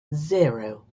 zero